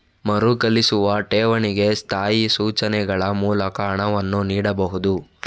ಮರುಕಳಿಸುವ ಠೇವಣಿಗೆ ಸ್ಥಾಯಿ ಸೂಚನೆಗಳ ಮೂಲಕ ಹಣವನ್ನು ನೀಡಬಹುದು